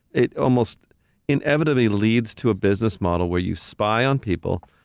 it almost inevitably leads to a business model where you spy on people,